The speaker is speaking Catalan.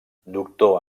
doctor